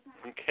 Okay